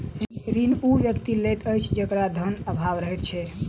ऋण ओ व्यक्ति लैत अछि जकरा धनक आभाव रहैत छै